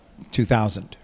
2000